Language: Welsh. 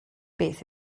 beth